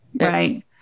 Right